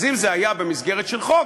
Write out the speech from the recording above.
אז אם זה היה במסגרת של חוק,